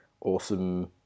awesome